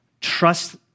trust